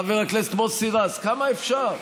חבר הכנסת מוסי רז, כמה אפשר?